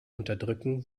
unterdrücken